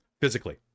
Physically